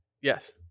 Yes